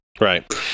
Right